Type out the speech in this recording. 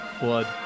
blood